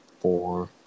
four